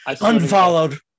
unfollowed